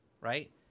right